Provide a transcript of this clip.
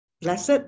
blessed